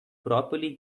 properly